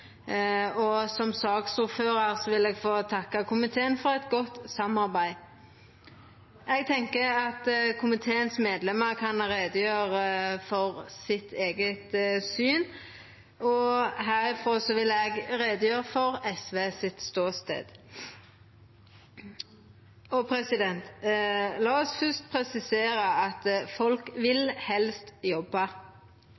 seia. Som saksordførar vil eg takka komiteen for eit godt samarbeid. Eg tenkjer at medlemene av komiteen kan gjera greie for sitt eige syn. Herifrå vil eg gjera greie for SVs ståstad. La oss først presisera at folk helst vil